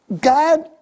God